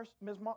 Ms